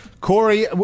Corey